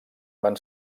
van